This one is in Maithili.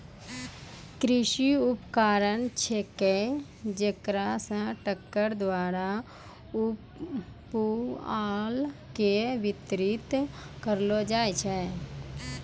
कृषि उपकरण छेकै जेकरा से ट्रक्टर द्वारा पुआल के बितरित करलो जाय छै